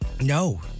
No